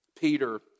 Peter